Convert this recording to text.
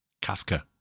Kafka